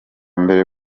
mbere